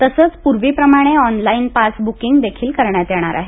तसंच पूर्वीप्रमाणे online pass booking देखील करण्यात येणार आहे